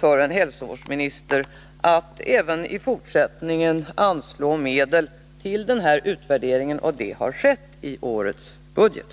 för en hälsovårdsminister att även i fortsättningen anslå medel till denna utvärdering, och det har skett i årets budget.